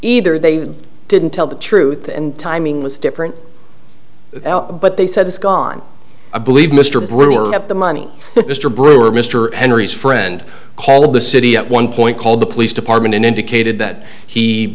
either they didn't tell the truth and timing was different but they said it's gone i believe mr brewer up the money but mr brewer mr henry's friend of the city at one point called the police department and indicated that he